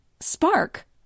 Spark